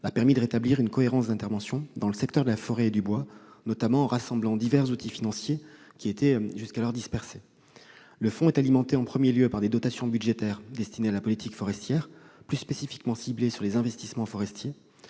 a permis de rétablir une cohérence d'intervention dans le secteur de la forêt et du bois, notamment en rassemblant divers outils financiers qui étaient jusqu'alors dispersés. Le fonds est alimenté en premier lieu par des dotations budgétaires destinées à la politique forestière, et plus spécifiquement ciblées sur les investissements forestiers.